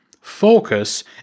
focus